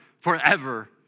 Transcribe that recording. forever